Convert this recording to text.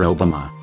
Obama